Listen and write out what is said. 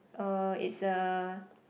uh it's a